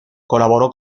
colaboró